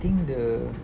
I think the